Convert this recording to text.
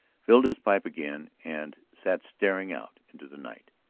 filled his pipe again, and sat staring out into the night.